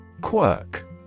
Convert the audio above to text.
Quirk